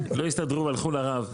הם לא הסתדרו והלכו לרב.